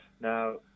Now